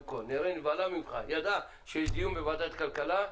היא נבהלה ממך, היא ידעה שיש דיון בוועדת כלכלה.